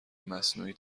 مصنوعی